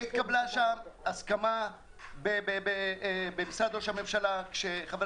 התקבלה הסכמה במשרד ראש הממשלה כשחבר